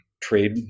trade